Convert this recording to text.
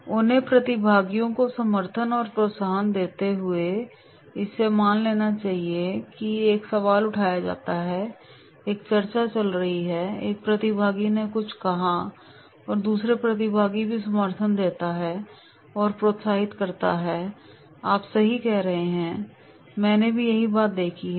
अन्य प्रतिभागियों को समर्थन और प्रोत्साहन देते हुए इसलिए मान लीजिए कि एक सवाल उठाया जाता है एक चर्चा चल रही है और एक प्रतिभागी ने कुछ कहा है तो दूसरा प्रतिभागी भी समर्थन देता है और प्रोत्साहित करता है कि हां आप सही कह रहे हैं मैंने भी यही बात देखी है